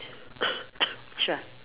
sure